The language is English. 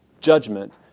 judgment